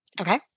okay